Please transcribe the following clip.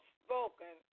spoken